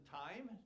time